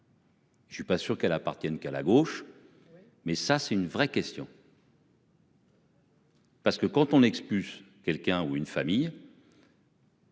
Je suis pas sûr qu'elles appartiennent qu'à la gauche. Mais ça c'est une vraie question. Parce que quand on exclut quelqu'un ou une famille.